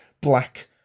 black